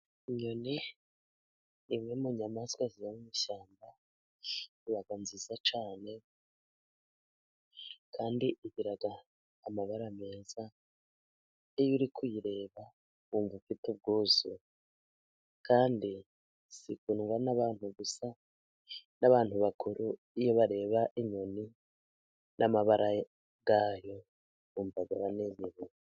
Inyoni imwe mu nyamaswa ziba mu ishyamba ziba nziza cyane kandi igira amabara meza iyo uri kuyireba wumva ufite ubwuzu kandi zikundwa n'abantu gusa n'abantu bakuru bareba inyoni n'amabara yayo bumva banezerewe.